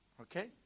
Okay